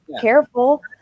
careful